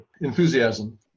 enthusiasm